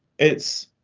it's.